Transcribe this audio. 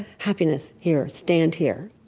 happiness here, stand here.